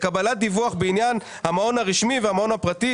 לקבלת דיווח בעניין המעון הרשמי והמעון הפרטי,